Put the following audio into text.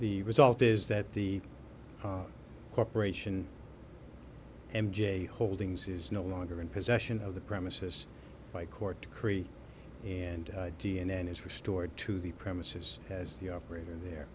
the result is that the corporation m j holdings is no longer in possession of the premises by court to create and d n a and is restored to the premises as the operator there